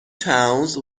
towns